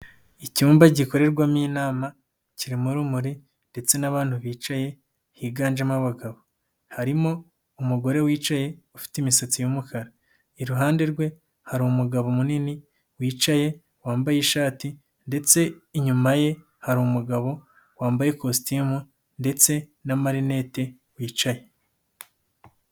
Icyumba gikorerwamo inama kirimo urumuri ndetse n'abantu bicaye higanjemo abagabo. Harimo umugore wicaye ufite imisatsi yumukara. Iruhande rwe hari umugabo munini wicaye wambaye ishati ndetse inyuma ye harimu umugabo wambaye ikositimu n'amarinette bicaye.